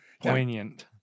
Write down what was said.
poignant